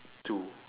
two